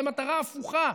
יש להם מטרה הפוכה,